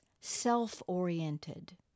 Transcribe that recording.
self-oriented